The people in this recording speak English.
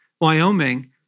Wyoming